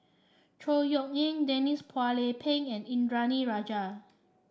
Chor Yeok Eng Denise Phua Lay Peng and Indranee Rajah